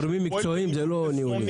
גורמים מקצועיים זה לא גורמים ניהוליים.